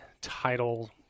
title